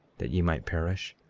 that ye might perish?